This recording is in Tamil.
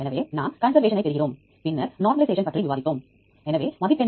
எனவே இங்கே நான் உங்களுக்கு ்கெட் என்ட்ரி மற்றும் ARSA வை பற்றி சொல்லப்போகிறேன்